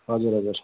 हजुर हजुर